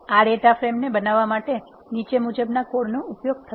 આ data frame ને બનાવવા માટે નીચે મુજબ ના કોડ નો ઉપયોગ થશે